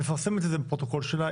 מפרסמת את זה בפרוטוקול שלה,